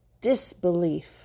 disbelief